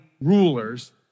rulers